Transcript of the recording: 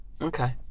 Okay